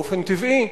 באופן טבעי,